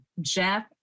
Jeff